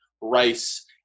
rice